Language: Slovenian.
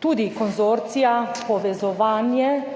tudi konzorcija, povezovanje,